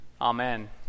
Amen